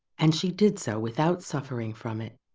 and she did so without suffering from it.